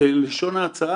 כשבן אדם כותב מאמר,